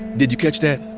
did you catch that?